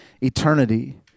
eternity